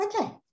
okay